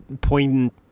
poignant